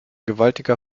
gewaltiger